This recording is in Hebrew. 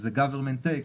שזה Government Take,